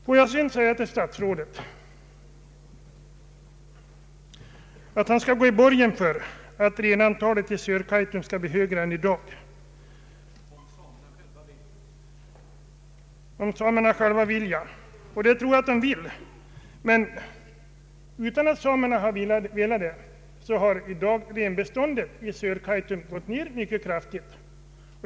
Låt mig sedan säga till statsrådet Bengtsson att han skulle gå i borgen för att renantalet i Sörkaitum blir högre än i dag. Det tror jag att samerna själva vill. Utan att samerna velat det har emellertid renbeståndet i Sörkaitum nu gått ned mycket kraftigt.